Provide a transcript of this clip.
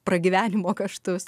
pragyvenimo kaštus